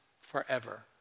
forever